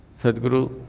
sadhguru